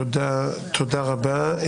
תודה רבה.